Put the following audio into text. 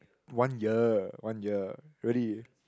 one year one year really